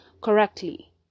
correctly